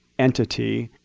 entity,